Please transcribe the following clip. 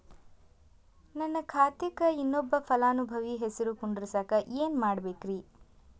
ನನ್ನ ಖಾತೆಕ್ ಇನ್ನೊಬ್ಬ ಫಲಾನುಭವಿ ಹೆಸರು ಕುಂಡರಸಾಕ ಏನ್ ಮಾಡ್ಬೇಕ್ರಿ?